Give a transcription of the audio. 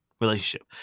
relationship